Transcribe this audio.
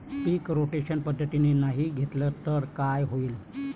पीक rotation पद्धतीनं नाही घेतलं तर काय होईन?